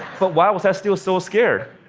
but why was i still so scared?